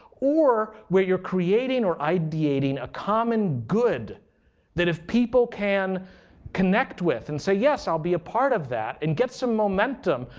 or where you're creating or ideating a common good that if people can connect with and say, yes, i'll be a part of that and get some momentum,